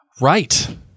Right